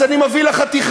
אז אני מביא לה חתיכה.